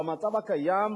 במצב הקיים,